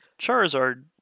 Charizard